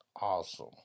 Awesome